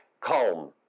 Calm